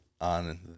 on